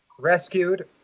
Rescued